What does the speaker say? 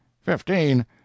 Fifteen